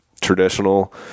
traditional